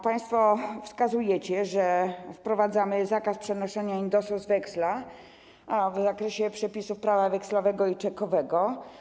Państwo wskazujecie, że wprowadzamy zakaz przenoszenia indosu z weksla w zakresie przepisów prawa wekslowego i czekowego.